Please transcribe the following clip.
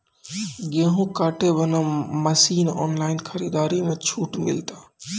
गेहूँ काटे बना मसीन ऑनलाइन खरीदारी मे छूट मिलता?